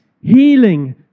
healing